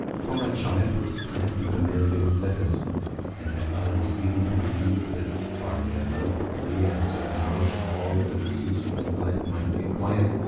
from my childhood, i have been familiar with letters and as i was given to believe that by their help a clear and certain knowledge of all that is useful in life might be acquired,